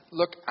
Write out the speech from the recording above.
look